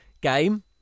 game